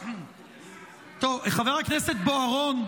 חבר הכנסת בוארון.